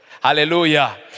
Hallelujah